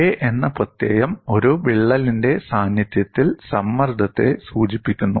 'a' എന്ന പ്രത്യയം ഒരു വിള്ളലിന്റെ സാന്നിധ്യത്തിൽ സമ്മർദ്ദത്തെ സൂചിപ്പിക്കുന്നു